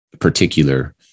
particular